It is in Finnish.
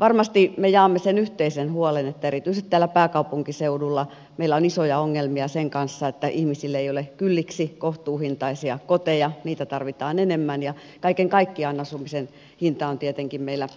varmasti me jaamme sen yhteisen huolen että erityisesti täällä pääkaupunkiseudulla meillä on isoja ongelmia sen kanssa että ihmisille ei ole kylliksi kohtuuhintaisia koteja niitä tarvitaan enemmän ja kaiken kaikkiaan asumisen hinta on tietenkin meillä